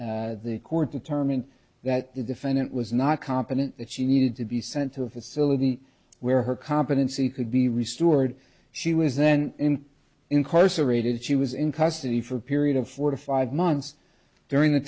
when the court determined that the defendant was not competent that she needed to be sent to a facility where her competency could be restored she was then incarcerated she was in custody for a period of four to five months during the